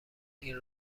این